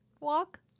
walk